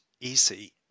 easy